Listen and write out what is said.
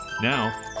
Now